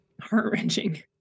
heart-wrenching